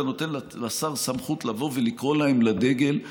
נותן לשר סמכות לבוא ולקרוא להם לדגל,